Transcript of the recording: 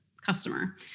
customer